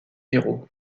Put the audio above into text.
héros